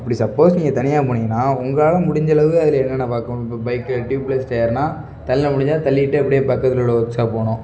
அப்படி சப்போஸ் நீங்கள் தனியாக போனீங்கன்னால் உங்களால் முடிஞ்சளவு அதில் என்னென்ன பார்க்கணும் இப்போ பைக்ல ட்யூப்ளஸ் டயர்னால் தள்ள முடிஞ்சால் தள்ளிட்டு அப்படியே பக்கத்தில் உள்ள ஒர்க்ஷாப் போகணும்